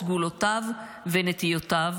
סגולותיו ונטיותיו,